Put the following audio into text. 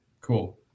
Cool